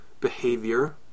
behavior